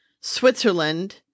Switzerland